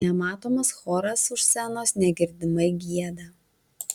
nematomas choras už scenos negirdimai gieda